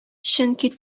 чөнки